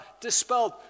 dispelled